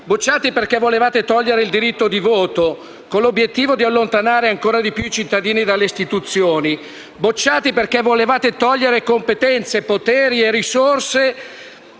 Bocciati perché volevate togliere il diritto di voto, con l'obiettivo di allontanare ancora di più i cittadini dalle istituzioni. Bocciati perché volevate togliere competenze, poteri e risorse